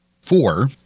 Four